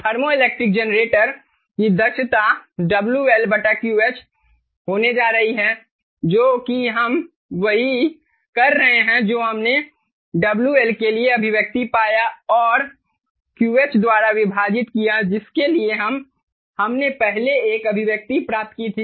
thermoelectric generator की दक्षता WL QH होने जा रही है जो कि हम वही कर रहे हैं जो हमने WL के लिए अभिव्यक्ति पाया और QH द्वारा विभाजित किया जिसके लिए हमने पहले एक अभिव्यक्ति प्राप्त की थी